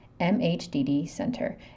mhddcenter